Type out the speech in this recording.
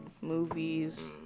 movies